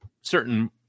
certain